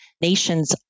nations